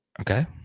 Okay